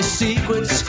secrets